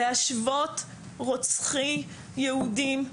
להשוות רוצחי יהודים,